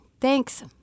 thanks